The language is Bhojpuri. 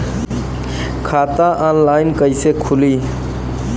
खाता ऑनलाइन कइसे खुली?